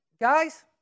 guys